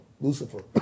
Lucifer